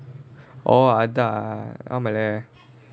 orh அதா ஆமல:athaa aamaala